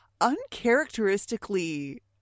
uncharacteristically